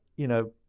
you know,